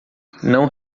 não